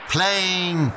Playing